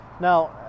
Now